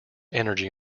energy